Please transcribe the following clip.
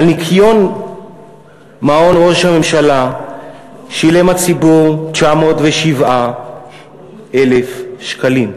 על ניקיון מעון ראש הממשלה שילם הציבור 907,000 שקלים,